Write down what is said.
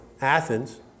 Athens